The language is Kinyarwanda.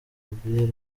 gabriel